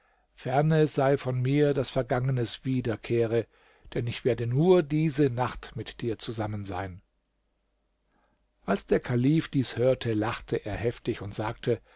ferne sei von mir daß vergangenes wiederkehre denn ich werde nur diese nacht mit dir zusammen sein als der kalif dies hörte lachte er heftig und sagte